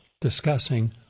discussing